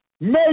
make